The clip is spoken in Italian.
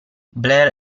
blair